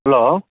hello